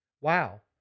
Wow